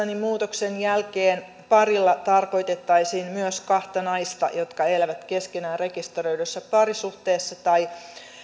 niin muutoksen jälkeen parilla tarkoitettaisiin myös kahta naista jotka elävät keskenään rekisteröidyssä parisuhteessa tai